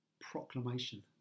proclamation